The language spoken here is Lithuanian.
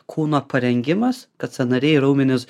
kūno parengimas kad sąnariai raumenys